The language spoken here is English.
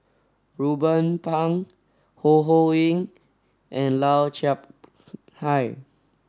Ruben Pang Ho Ho Ying and Lau Chiap Khai